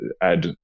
add